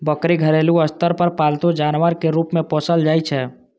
बकरी घरेलू स्तर पर पालतू जानवर के रूप मे पोसल जाइ छै